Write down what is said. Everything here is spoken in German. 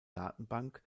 datenbank